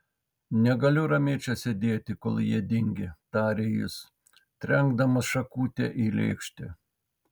negaliu ramiai čia sėdėti kol jie dingę tarė jis trenkdamas šakutę į lėkštę